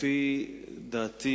לפי דעתי,